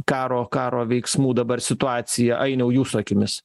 karo karo veiksmų dabar situacija ainiau jūsų akimis